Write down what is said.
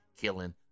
killing